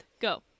Go